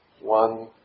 one